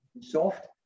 soft